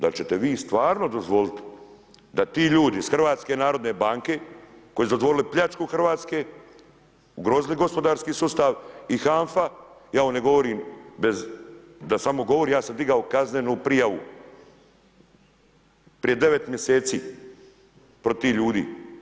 Dal' ćete vi stvarno dozvoliti da ti ljudi iz HNB-a koji su dozvolili pljačku Hrvatske, ugrozili gospodarsku sustav i HANFA, ja ovo ne govorim da samo govorim, ja sam digao kaznenu prijavu, prije 9 mjeseci protiv tih ljudi.